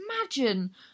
imagine